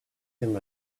them